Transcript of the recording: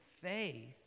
faith